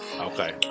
Okay